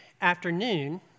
afternoon